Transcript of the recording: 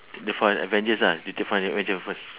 take from avengers ah you take from avengers first